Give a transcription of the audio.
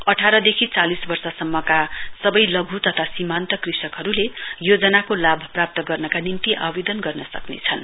अठारदेखि चालिस वर्षसम्मका सबै लघु तथा सीमान्त कृषकहरुले यो जनाको लाभ प्राप्त गर्नका निम्ति आवेदन गर्न सक्नेछन्